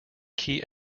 key